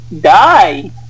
Die